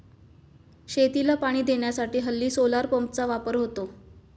शेतीला पाणी देण्यासाठी हल्ली सोलार पंपचा वापर होतो